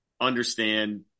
understand